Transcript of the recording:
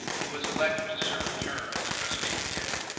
he was elected to serve a term as trustee of yale.